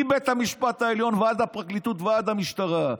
מבית המשפט העליון ועד הפרקליטות ועד המשטרה.